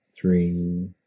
three